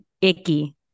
icky